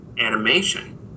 animation